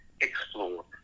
explore